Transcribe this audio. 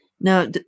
Now